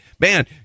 Man